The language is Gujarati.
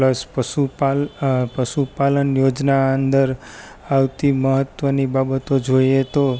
પ્લસ પશુપાલ અ પશુપાલન યોજના અંદર આવતી મહત્વની બાબતો જોઈએ તો